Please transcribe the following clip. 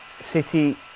City